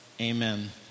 Amen